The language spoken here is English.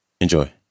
Enjoy